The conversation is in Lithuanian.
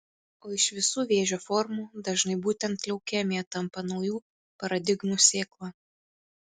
o iš visų vėžio formų dažnai būtent leukemija tampa naujų paradigmų sėkla